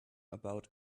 about